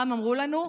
מה הם אמרו לנו?